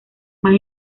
más